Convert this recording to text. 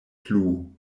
plu